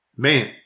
Man